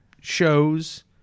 shows